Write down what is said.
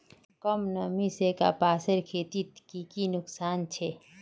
कम नमी से कपासेर खेतीत की की नुकसान छे?